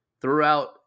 throughout